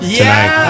tonight